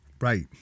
Right